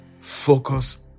Focus